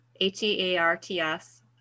h-e-a-r-t-s